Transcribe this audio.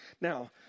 Now